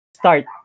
start